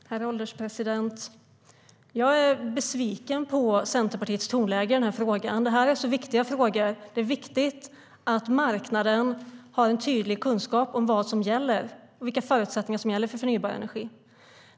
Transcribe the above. Herr ålderspresident! Jag är besviken på Centerpartiets tonläge. Det här är viktiga frågor. Det är viktigt att marknaden har en tydlig kunskap om vilka förutsättningar som gäller för förnybar energi.